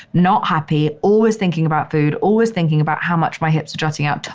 not happy. always thinking about food. always thinking about how much my hips are jutting out.